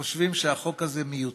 חושבים שהוא מיותר